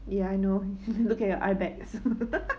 ya I know look at your eyebags